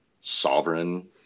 sovereign